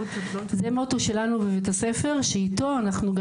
זה המוטו שלנו בבית הספר שאיתו אנחנו גם